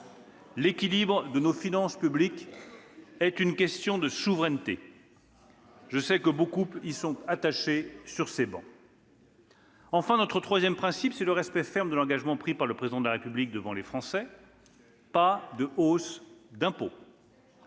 L'équilibre de nos finances publiques est une question de souveraineté. Je sais que beaucoup y sont attachés sur vos bancs. « Enfin, notre troisième principe est celui du respect ferme de l'engagement pris par le Président de la République devant les Français : pas de hausses d'impôts.